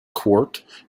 court